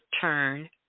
turn